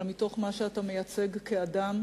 אלא מתוך מה שאתה מייצג כאדם,